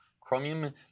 Chromium